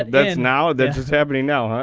that's now? that's just happening now,